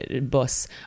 bus